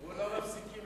לכן אכילת סוכרים,